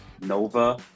Nova